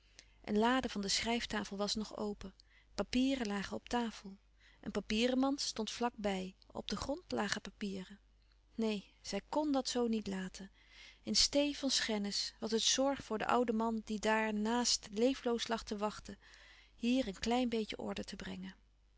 een lade van de schrijftafel was nog open papieren lagen op tafel een papierenmand stond vlak bij op den grond lagen papieren neen zij kn dat zoo niet laten in steê van schennis was het zorg voor den ouden man die daar naast leefloos lag te wachten hier een klein beetje orde te brengen